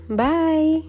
bye